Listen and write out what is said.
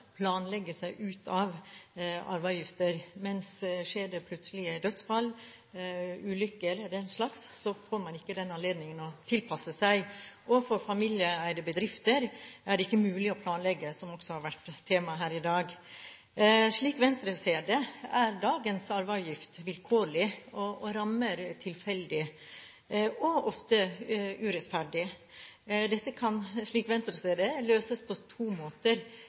planlegge seg ut av arveavgifter, men skjer det plutselige dødsfall, ulykker og den slags, får man ikke den anledningen til å tilpasse seg, og for familieeide bedrifter er det ikke mulig å planlegge – noe som også har vært tema her i dag. Slik Venstre ser det, er dagens arveavgift vilkårlig og rammer tilfeldig og ofte urettferdig. Dette kan, slik Venstre ser det, løses på to måter: